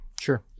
Sure